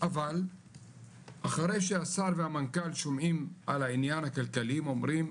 אבל אחרי שהשר והמנכ"ל שומעים על העניין הכלכלי הם אומרים,